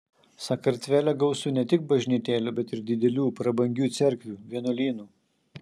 sakartvele gausu ne tik bažnytėlių bet ir didelių prabangių cerkvių vienuolynų